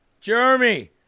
Jeremy